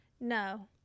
no